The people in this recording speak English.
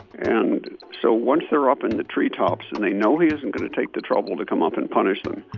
and so once they're up in the tree tops and they know he isn't going to take the trouble to come up and punish them,